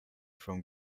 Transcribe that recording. from